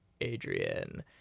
adrian